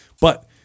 But-